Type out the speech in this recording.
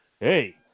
Hey